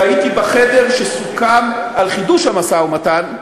והייתי בחדר כשסוכם על חידוש המשא-ומתן,